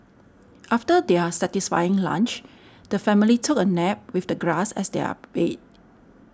after their satisfying lunch the family took a nap with the grass as their bed